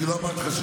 אני אענה לך.